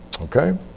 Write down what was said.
okay